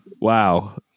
Wow